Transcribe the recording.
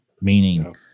Meaning